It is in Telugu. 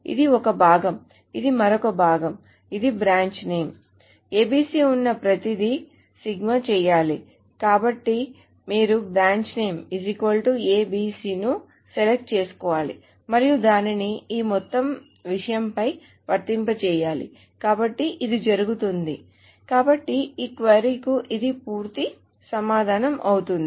ఇది ఒక భాగం ఇది మరొక భాగం మనం బ్రాంచ్ నేమ్ ABC ఉన్న ప్రతిదీ 𝜎 చేయాలి కాబట్టి మీరు బ్రాంచ్ నేమ్ ABC ను సెలెక్ట్ చేసుకోవాలి మరియు దానిని ఈ మొత్తం విషయంపై వర్తింప చేయాలి కాబట్టి ఇది జరుగుతుంది కాబట్టి ఈ క్వరీ కు ఇది పూర్తి సమాధానం అవుతుంది